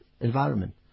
Environment